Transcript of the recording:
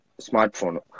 smartphone